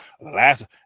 Last